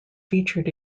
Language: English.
featured